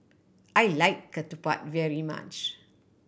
I like ketupat very much